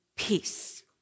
peace